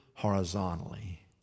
horizontally